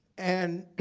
and